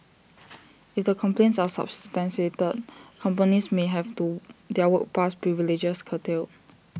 if the complaints are substantiated companies may have to their work pass privileges curtailed